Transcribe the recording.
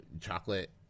chocolate